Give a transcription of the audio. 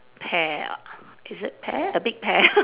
pear ah is it pear a big pear